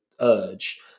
urge